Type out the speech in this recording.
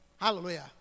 Hallelujah